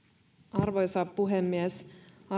arvoisa puhemies